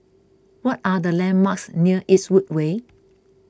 what are the landmarks near Eastwood Way